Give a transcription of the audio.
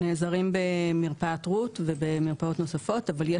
נעזרים במרפאת רות ובמרפאות נוספות אבל יש